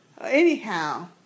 Anyhow